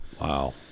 Wow